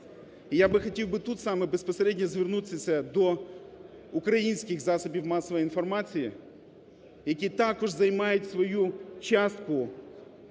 І я б хотів тут саме безпосередньо звернутися до українських засобів масової інформації, які також займають свою частку